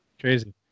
crazy